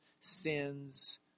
sins